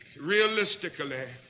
realistically